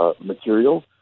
material